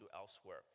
elsewhere